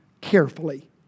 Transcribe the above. carefully